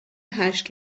هشت